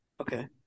Okay